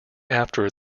after